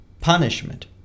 punishment